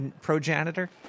pro-janitor